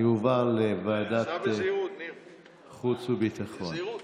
זה יועבר לוועדת חוץ וביטחון.